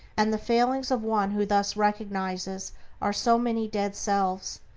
and the failings of one who thus recognizes are so many dead selves,